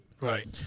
Right